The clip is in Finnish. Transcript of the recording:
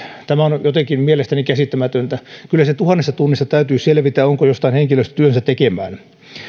tämä on mielestäni jotenkin käsittämätöntä kyllä siinä tuhannessa tunnissa täytyy selvitä onko jostain henkilöstä työnsä tekemään